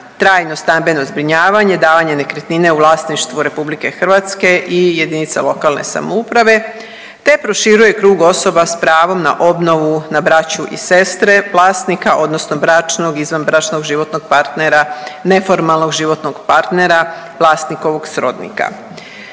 trajno stambeno zbrinjavanje, davanje nekretnine u vlasništvo RH i jedinicama lokalne samouprave te proširuje krug osoba s pravom na obnovu na braću i sestre, vlasnika, odnosno bračnog, izvanbračnog životnog partnera, neformalnog životnog partnera, vlasnikovog srodnika.